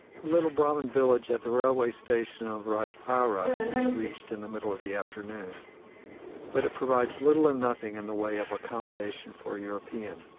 little brahman village at the railway station of rajpaira is reached in the middle of the afternoon but it provides little or nothing in the way of accommodation for a european.